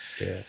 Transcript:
Yes